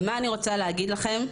ומה אני רוצה להגיד לכן,